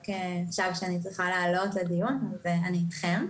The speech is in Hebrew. נודע לי רק עכשיו שאני צריכה לעלות בזום לדיון אז אני אתכם.